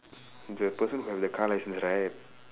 the person who have the car licence right